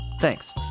Thanks